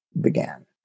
began